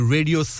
Radio